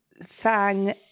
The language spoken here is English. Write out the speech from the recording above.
sang